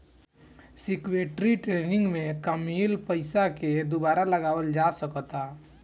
security trading में कामयिल पइसा के दुबारा लगावल जा सकऽता